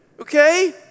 okay